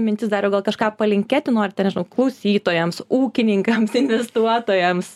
mintis dariau gal kažką palinkėti norite nežinau klausytojams ūkininkams investuotojams